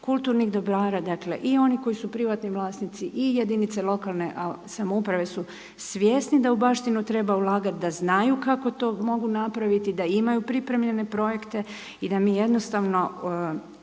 kulturnih dobara dakle i onih koji su privatni vlasnici i jedinice lokalne samouprave su svjesni da u baštinu treba ulagati, da znaju kako to mogu napraviti, da imaju pripremljene projekte i da mi jednostavno